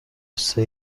غصه